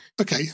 Okay